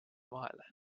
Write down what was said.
vahele